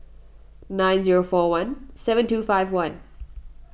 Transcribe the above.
nine zero four one seven two five one